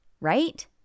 right